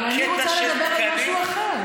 אבל אני רוצה לדבר על משהו אחר,